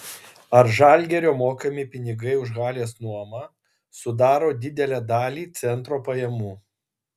ar žalgirio mokami pinigai už halės nuomą sudaro didelę dalį centro pajamų